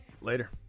later